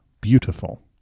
beautiful